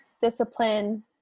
discipline